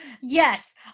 Yes